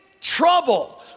trouble